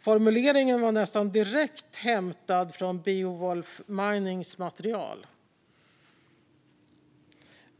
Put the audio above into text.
Formuleringen var nästan direkt hämtad från Beowulf Minings material.